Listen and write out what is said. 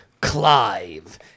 Clive